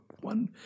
One